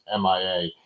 MIA